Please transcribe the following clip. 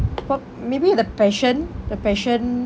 for maybe the passion the passion